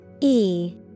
E-